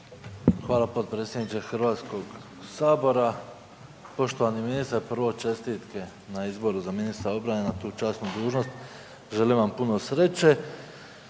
Hvala potpredsjedniče Hrvatskog sabora. Poštovani ministre, prvo čestitke na izboru za ministra obrane na tu časnu dužnost, želim vam puno sreće.